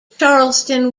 charleston